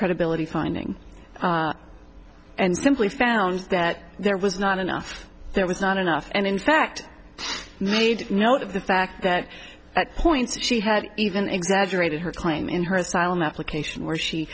credibility finding and simply found that there was not enough there was not enough and in fact made note of the fact that at points she had even exaggerated her claim in her asylum application where she